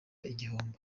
igihombo